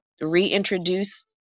reintroduce